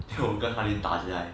then 我跟翰林大架 leh